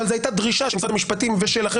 אבל זאת הייתה דרישה של משרד המשפטים ושלכם,